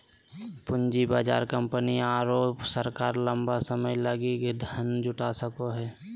पूँजी बाजार कंपनी आरो सरकार लंबा समय लगी धन जुटा सको हइ